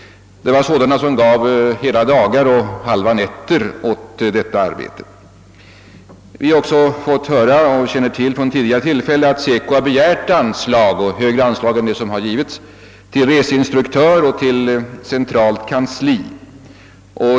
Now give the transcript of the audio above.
Det fanns elever som anslog hela dagar och halva nätter åt det arbetet. Vi känner också till från tidigare tillfällen att SECO har begärt högre anslag än vad som hittills utgått, bl.a. till reseinstruktörer och till centralt kansli.